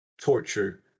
torture